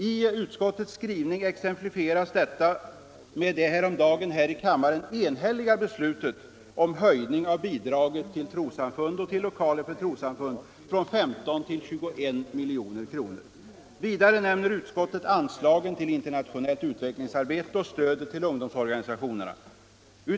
I utskottets skrivning exemplifieras detta med det häromdagen här i kammaren fattade enhälliga beslutet om höjning av bidraget till trossamfund och till lokaler för tros = Nr 43 samfund från 15 till 21 milj.kr. Vidare nämner utskottet anslagen till Torsdagen den internationellt utvecklingsarbete och stödet till ungdomsorganisationer 20 mars 1975 na.